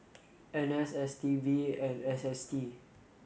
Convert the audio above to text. N S S T B and S S T